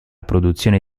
produzione